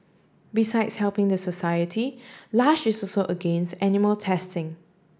besides helping the society Lush is so against animal testing